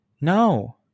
No